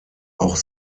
auch